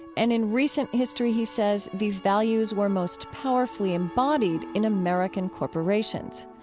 and in recent history, he says, these values were most powerfully embodied in american corporations.